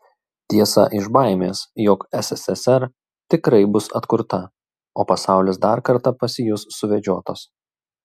tiesa iš baimės jog sssr tikrai bus atkurta o pasaulis dar kartą pasijus suvedžiotas